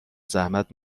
زحمت